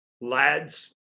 Lads